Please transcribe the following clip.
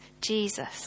Jesus